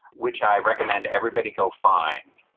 which i recommend everybody go find.